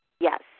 Yes